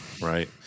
right